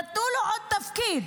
נתנו לו עוד תפקיד.